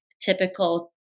typical